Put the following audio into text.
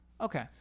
Okay